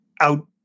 out